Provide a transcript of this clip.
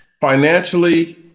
financially